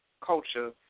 culture